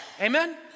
Amen